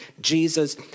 Jesus